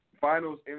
finals